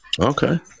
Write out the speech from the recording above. okay